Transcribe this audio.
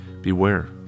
beware